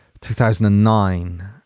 2009